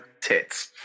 tits